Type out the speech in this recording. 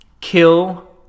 kill